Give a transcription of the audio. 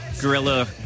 Gorilla